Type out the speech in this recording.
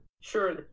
Sure